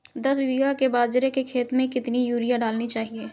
दस बीघा के बाजरे के खेत में कितनी यूरिया डालनी चाहिए?